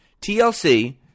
TLC